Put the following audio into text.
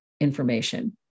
information